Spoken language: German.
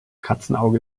katzenauge